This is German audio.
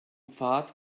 pfad